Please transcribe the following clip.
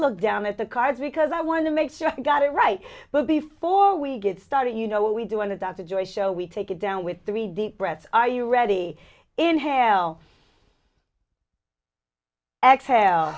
look down at the card because i want to make sure i got it right but before we get started you know what we do on the dr joy show we take it down with three deep breaths are you ready inhale exhale